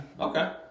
Okay